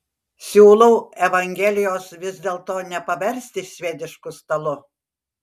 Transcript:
siūlau evangelijos vis dėlto nepaversti švedišku stalu